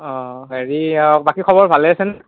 অ হেৰি আৰু বাকী খবৰ ভালে আছেনে